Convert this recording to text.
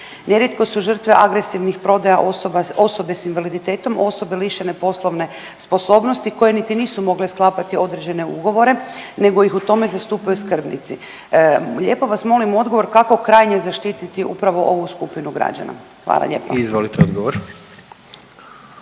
Nerijetko su žrtve agresivnih prodaja osoba, osobe s invaliditetom, osobe lišene poslovne sposobnosti koje niti nisu mogle sklapati određene ugovore nego ih u tome zastupaju skrbnici. Lijepo vas molim odgovor kako krajnje zaštititi upravo ovu skupinu građana? Hvala lijepa. **Jandroković,